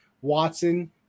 Watson